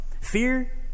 Fear